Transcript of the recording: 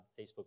Facebook